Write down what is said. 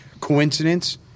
coincidence